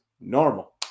normal